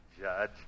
Judge